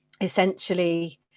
essentially